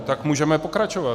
Tak můžeme pokračovat.